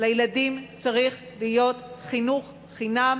לילדים צריך להיות חינוך חינם